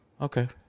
Okay